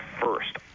first